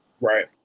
right